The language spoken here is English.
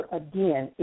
again